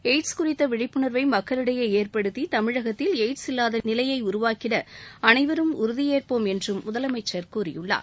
AIDS குறித்த விழிப்புணா்வை மக்களிடையே ஏற்படுத்தி தமிழகத்தில் எய்ட்ஸ் இல்லாத நிலையை உருவாக்கிட அனைவரும் உறுதியேற்போம் என்றும் முதலமைச்சர் கூறியுள்ளார்